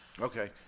Okay